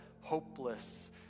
hopeless